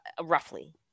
roughly